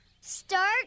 Start